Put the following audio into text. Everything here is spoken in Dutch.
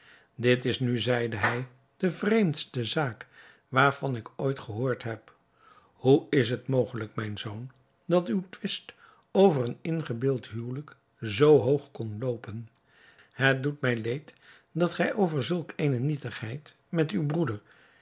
dit is nu zeide hij de vreemdste zaak waarvan ik ooit gehoord heb hoe is het mogelijk mijn zoon dat uw twist over een ingebeeld huwelijk zoo hoog kon loopen het doet mij leed dat gij over zulk eene nietigheid met uw broeder